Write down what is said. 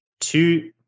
two